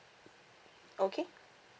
okay